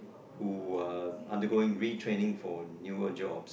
who are undergoing retraining for newer jobs